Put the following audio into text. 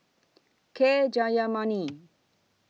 K Jayamani